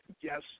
Yes